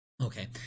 Okay